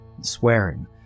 Swearing